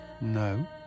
No